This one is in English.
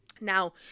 Now